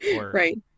Right